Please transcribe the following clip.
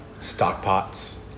Stockpots